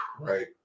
right